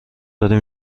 داریم